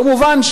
כמובן,